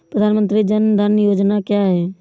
प्रधानमंत्री जन धन योजना क्या है?